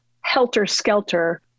helter-skelter